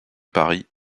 paris